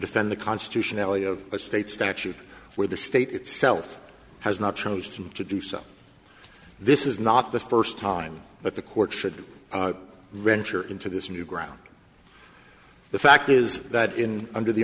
defend the constitutionality of a state statute where the state itself has not chosen to do so this is not the first time that the court should wrencher into this new ground the fact is that in under the